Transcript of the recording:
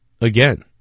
again